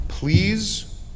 Please